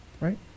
right